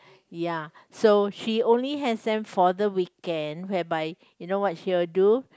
ya so she only has them for the weekend whereby you know what she will do